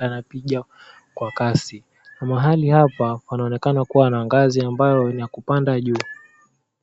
yanapiga kwa kasi. Na mahali hapa panaonekana kuwa na ngazi ambayo ni ya kupanda juu.